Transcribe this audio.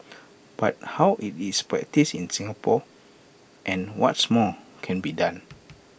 but how is IT practised in Singapore and what's more can be done